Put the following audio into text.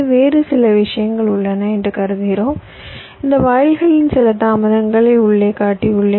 வேறு சில விஷயங்கள் உள்ளன என்று கருதுகிறோம் இந்த வாயில்களின் சில தாமதங்களை உள்ளே காட்டியுள்ளேன்